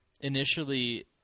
initially